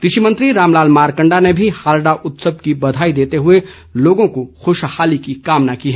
कृषि मंत्री रामलाल मारकंडा ने भी हालडा उत्सव की बधाई देते हुए लोगों की खूशहाली की कामना की है